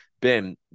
Ben